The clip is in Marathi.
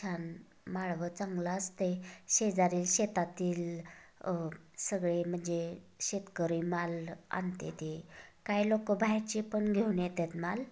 छान माळवं चांगलं असतंय शेजारील शेतातील सगळे म्हणजे शेतकरी माल आणतेते काही लोकं बाहेरचे पण घेऊन येतात माल